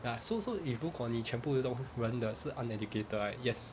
ya so so if 如果你全部的人的是 uneducated right yes